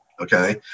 okay